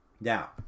Now